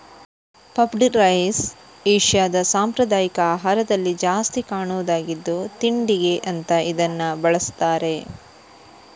puffed rice ಏಷ್ಯಾದ ಸಾಂಪ್ರದಾಯಿಕ ಆಹಾರದಲ್ಲಿ ಜಾಸ್ತಿ ಕಾಣುದಾಗಿದ್ದು ತಿಂಡಿಗೆ ಅಂತ ಇದನ್ನ ಬಳಸ್ತಾರೆ